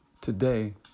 Today